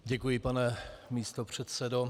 Děkuji, pane místopředsedo.